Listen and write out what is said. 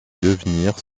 devenir